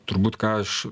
turbūt ką aš